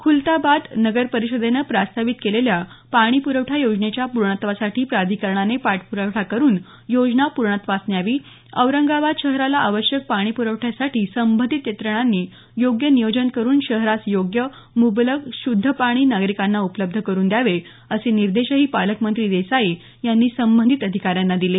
खुलताबाद नगर परिषदेनं प्रस्तावित केलेल्या पाणी प्रवठा योजनेच्या पूर्णत्वासाठी प्राधिकरणाने पाठप्रावा करुन योजना पूर्णत्वास न्यावी औरंगाबाद शहराला आवश्यक पाणी पुरवठ्यासाठी संबंधित यंत्रणांनी योग्य नियोजन करुन शहरास योग्य मुबलक शुद्ध पाणी नागरिकांना उपलब्ध करुन द्यावे असे निर्देशही पालकमंत्री देसाई यांनी संबंधित अधिकाऱ्यांना दिले